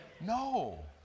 No